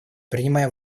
принимая